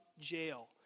jail